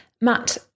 Matt